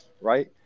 right